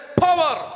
power